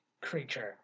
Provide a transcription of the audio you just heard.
creature